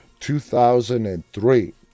2003